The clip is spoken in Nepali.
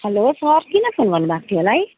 हेलो सर किन फोन गर्नुभएको थियो होला है